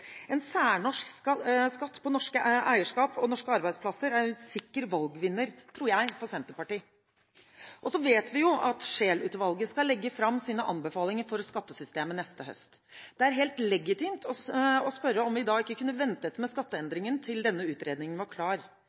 En særnorsk skatt på norsk eierskap og norske arbeidsplasser er en sikker valgvinner, tror jeg, for Senterpartiet. Så vet vi jo at Scheel-utvalget skal legge fram sine anbefalinger for skattesystemet neste høst. Det er helt legitimt å spørre om vi ikke kunne ha ventet med skatteendringene til denne utredningen var klar,